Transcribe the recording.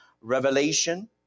revelation